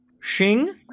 Shing